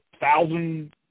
thousand